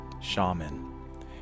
SHAMAN